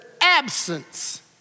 absence